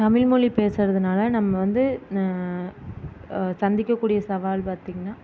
தமிழ் மொழி பேசுகிறதுனால நம்ம வந்து சந்திக்கக் கூடிய சவால் பார்த்திங்கன்னா